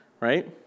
right